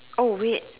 oh wait